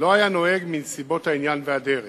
לא היה נוהג מנסיבות העניין והדרך".